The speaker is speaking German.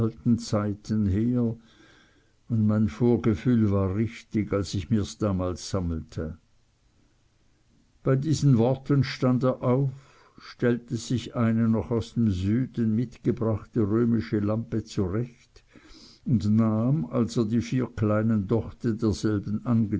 zeiten her und mein vorgefühl war richtig als ich mir's damals sammelte bei diesen worten stand er auf stellte sich eine noch aus dem süden mitgebrachte römische lampe zurecht und nahm als er die vier kleinen dochte derselben